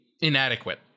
inadequate